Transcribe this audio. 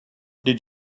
did